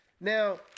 Now